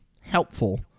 helpful